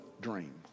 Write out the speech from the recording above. dream